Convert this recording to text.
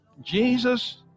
Jesus